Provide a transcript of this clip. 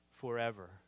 forever